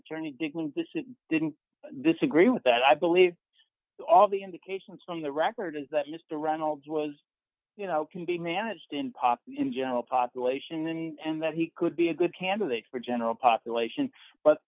it didn't disagree with that i believe all the indications on the record is that mr reynolds was you know can be managed in pop in general population and that he could be a good candidate for general population but